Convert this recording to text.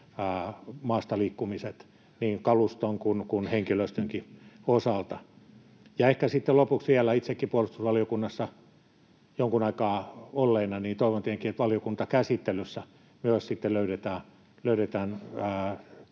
maastaliikkumiset niin kaluston kuin henkilöstönkin osalta? Ja ehkä sitten lopuksi vielä: itsekin puolustusvaliokunnassa jonkun aikaa olleena toivon tietenkin, että valiokuntakäsittelyssä myös sitten